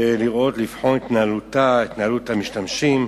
ולבחון את התנהלותה, את התנהלות המשתמשים,